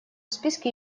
списке